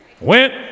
went